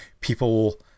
people